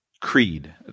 creed